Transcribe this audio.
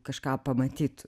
kažką pamatytų